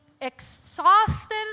exhausted